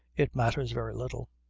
it matters very little.